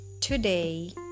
today